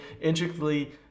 intricately